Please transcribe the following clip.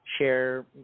share